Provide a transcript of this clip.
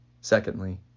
Secondly